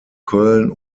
köln